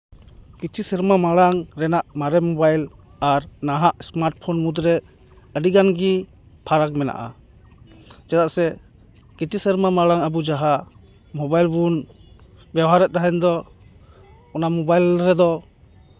ᱠᱤᱪᱷᱩ ᱥᱮᱨᱢᱟ ᱢᱟᱲᱟᱝ ᱨᱮᱱᱟᱜ ᱢᱟᱨᱮ ᱢᱳᱵᱟᱭᱤᱞ ᱟᱨ ᱱᱟᱦᱟᱜ ᱥᱢᱟᱨᱴ ᱯᱷᱳᱱ ᱢᱩᱫᱽᱨᱮ ᱟᱹᱰᱤᱜᱟᱱ ᱜᱮ ᱯᱷᱟᱨᱟᱠ ᱢᱮᱱᱟᱜᱼᱟ ᱪᱮᱫᱟᱜ ᱥᱮ ᱠᱤᱪᱷᱩ ᱥᱮᱨᱢᱟ ᱢᱟᱲᱟᱝ ᱟᱵᱚ ᱡᱟᱦᱟᱸ ᱢᱳᱵᱟᱭᱤᱞ ᱵᱚᱱ ᱵᱮᱵᱚᱦᱟᱨᱮᱫ ᱛᱟᱦᱮᱱ ᱫᱚ ᱚᱱᱟ ᱢᱳᱵᱟᱭᱤᱞ ᱨᱮᱫᱚ